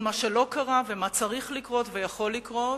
מה שלא קרה ומה צריך לקרות ויכול לקרות,